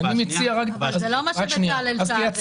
זה לא מה שבצלאל אומר.